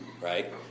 right